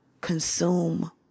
consume